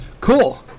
Cool